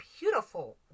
beautiful